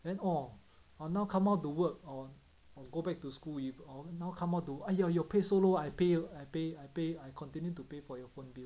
then orh ah now come out to work or or go back to school or now come out to work !aiya! your pay so low I pay I pay I continue to pay for your phone bill